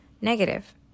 Negative